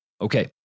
Okay